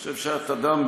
אני חושב שאת אדם,